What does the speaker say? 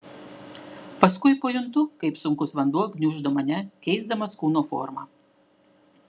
paskui pajuntu kaip sunkus vanduo gniuždo mane keisdamas kūno formą